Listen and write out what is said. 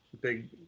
big